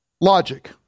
Logic